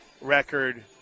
record